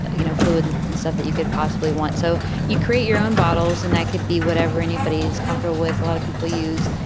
you know, fluid and stuff that you could possibly want. so you create your own bottles and that could be whatever anybody is comfortable with. a lot of people use,